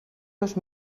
dos